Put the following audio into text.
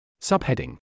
Subheading